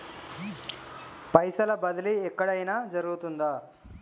పైసల బదిలీ ఎక్కడయిన జరుగుతదా?